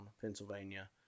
Pennsylvania